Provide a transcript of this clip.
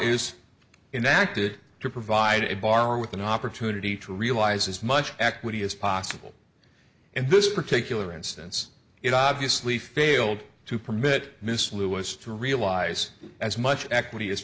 is in acted to provide a bar with an opportunity to realize as much equity as possible and this particular instance it obviously failed to permit miss lewis to realize as much equity as